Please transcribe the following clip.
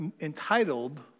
entitled